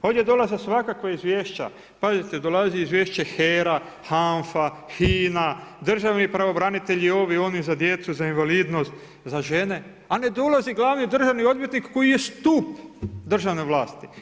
Ovdje dolaze svakakva izvješća, pazite dolazi izvješća HERA, HANFA, HINA, državni pravobranitelji, ovi, oni za djecu, za invalidnost, za žene, a ne dolazi glavni državni odvjetnik koji je stup državne vlasti.